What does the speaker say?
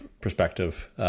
perspective